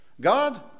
God